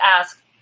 ask